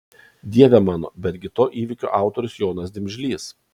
dieve mano betgi to įvykio autorius jonas dimžlys